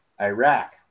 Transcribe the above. iraq